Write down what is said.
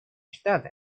штаты